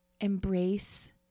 embrace